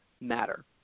matter